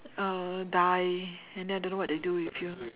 uh die and then I don't know what they do with you